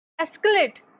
escalate